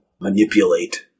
manipulate